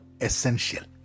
essential